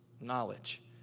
knowledge